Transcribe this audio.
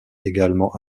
également